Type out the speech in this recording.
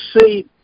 see